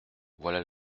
voilà